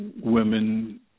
women